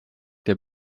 der